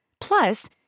Plus